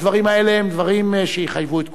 הדברים האלה הם דברים שיחייבו את כולנו.